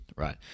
right